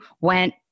went